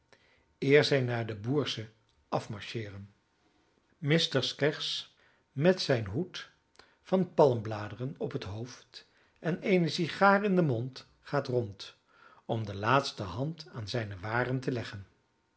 eer zij naar de bourse afmarcheeren mr skeggs met zijne hoed van palmbladeren op het hoofd en eene sigaar in den mond gaat rond om de laatste hand aan zijne waren te leggen